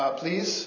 please